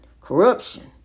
corruption